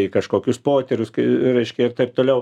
į kažkokius poterius kai reiškia ir taip toliau